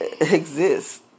exist